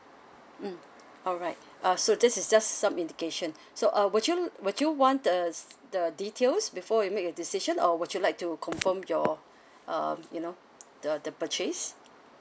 mm alright uh so this is just some indication so uh would you would you want uh the details before you make a decision or would you like to confirm your um you know the the purchase